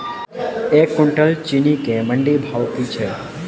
एक कुनटल चीनी केँ मंडी भाउ की छै?